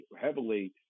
heavily